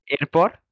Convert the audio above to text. airport